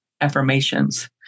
affirmations